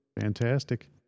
Fantastic